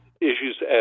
issues